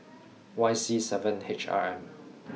Y C seven H R M